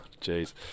jeez